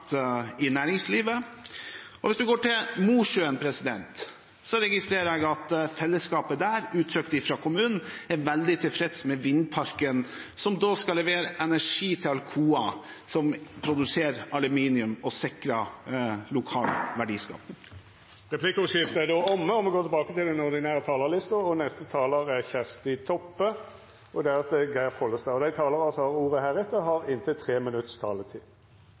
i næringslivet. Og hvis vi går til Mosjøen, registrerer jeg at fellesskapet der, uttrykt fra kommunen, er veldig tilfreds med vindparken, som skal levere energi til Alcoa, som produserer aluminium og sikrer lokal verdiskaping. Replikkordskiftet er omme. Dei talarane som heretter får ordet, har òg ei taletid på inntil 3 minutt. Noregs vassdrags- og energidirektorat har som kjent fremja sitt forslag til nasjonal ramme for vindkraft, der dei har peikt ut områda som er best eigna for vindkraft. Dette forslaget har